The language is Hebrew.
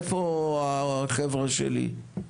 איפה החבר'ה שלי?